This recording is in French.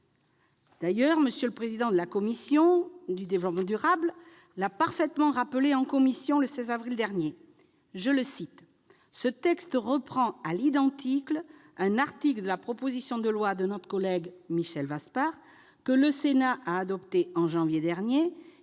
la commission de l'aménagement du territoire et du développement durable l'a parfaitement rappelé en commission le 16 avril dernier :« Ce texte reprend à l'identique un article de la proposition de loi de notre collègue Michel Vaspart que le Sénat a adoptée en janvier dernier